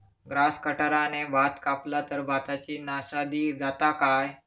Grass कटराने भात कपला तर भाताची नाशादी जाता काय?